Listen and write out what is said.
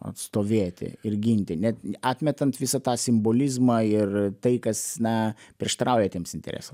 atstovėti ir ginti net atmetant visą tą simbolizmą ir tai kas na prieštarauja tiems interesam